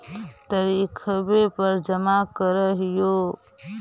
तरिखवे पर जमा करहिओ?